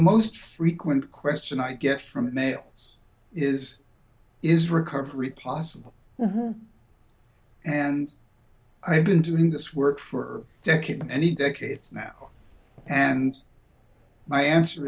most frequent question i get from males is is recovery possible and i've been doing this work for decades and decades now and my answer